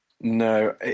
No